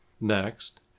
Next